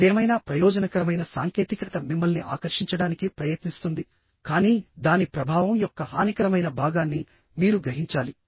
ఏదేమైనా ప్రయోజనకరమైన సాంకేతికత మిమ్మల్ని ఆకర్షించడానికి ప్రయత్నిస్తుంది కానీ దాని ప్రభావం యొక్క హానికరమైన భాగాన్ని మీరు గ్రహించాలి